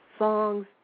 Songs